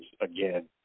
again